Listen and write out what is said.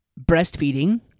breastfeeding